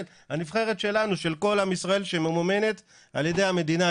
הנבחרת שלנו של כל עם ישראל שממומנת על ידי המדינה,